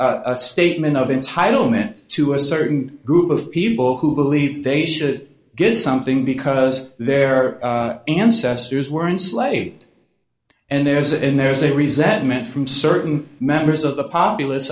a statement of entitle meant to a certain group of people who believe they should get something because their ancestors were enslaved and there's in there's a resentment from certain members of the populace